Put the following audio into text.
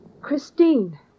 Christine